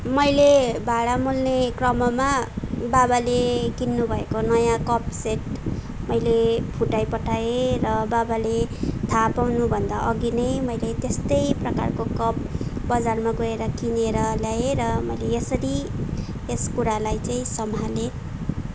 मैले भाँडा मोल्ने क्रममा बाबाले किन्नु भएको नयाँ कप सेट मैले फुटाइपठाएँ र बाबाले थाहा पाउनुभन्दा अघि नै मैले त्यस्तै प्रकारको कप बजारमा गएर किनेर ल्याएँ र मैले यसरी यस कुरालाई चाहिँ सम्हालेँ